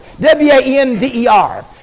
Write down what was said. W-A-N-D-E-R